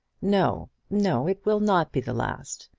no, no it will not be the last.